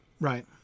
right